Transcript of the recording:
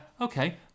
okay